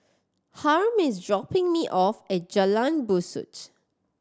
Harm is dropping me off at Jalan Besut